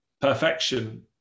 perfection